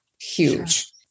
huge